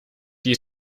die